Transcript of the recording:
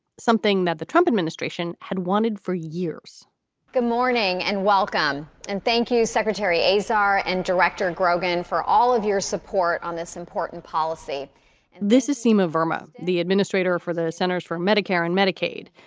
something that the trump administration had wanted for years good morning and welcome and thank you, secretary azar. and director grogan, for all of your support on this important policy this is sima varma, the administrator for the centers for medicare and medicaid.